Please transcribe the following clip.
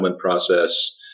process